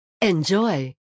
Enjoy